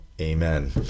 amen